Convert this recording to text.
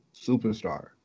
superstar